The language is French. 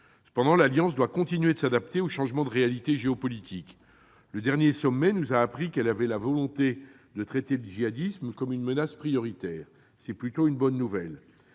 Cependant, l'Alliance doit continuer de s'adapter aux changements des réalités géopolitiques. Le dernier sommet nous a appris qu'elle avait la volonté de traiter le djihadisme comme une menace prioritaire, ce qui est plutôt une bonne nouvelle.